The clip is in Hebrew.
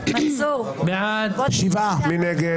מי נגד?